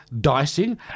dicing